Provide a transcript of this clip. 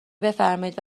بفرمایید